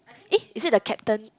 eh is it the captain